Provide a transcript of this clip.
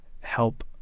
help